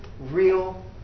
real